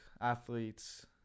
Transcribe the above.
athletes